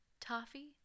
toffee